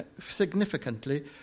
significantly